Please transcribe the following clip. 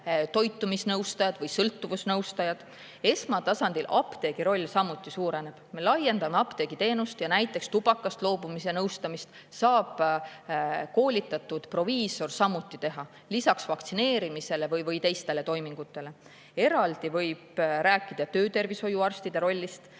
toitumisnõustajad või sõltuvusnõustajad. Apteegi roll esmatasandil samuti suureneb. Me laiendame apteegiteenust ja näiteks tubakast loobumise nõustamist saab koolitatud proviisor samuti teha, lisaks vaktsineerimisele või teistele toimingutele. Eraldi võib rääkida töötervishoiuarstide rollist.